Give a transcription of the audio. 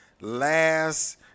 last